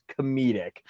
comedic